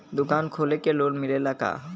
दुकान खोले के लोन मिलेला का?